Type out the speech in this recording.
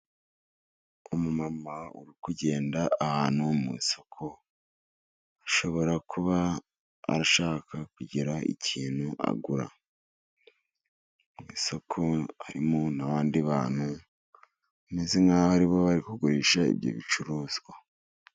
Umumama uri kugenda ahantu mu isoko, ashobora kuba ashaka kugira ikintu agura. Mu isoko harimo n'abandi bantu, bameze nkaho aribo bari kugurisha ibyo bicuruzwa.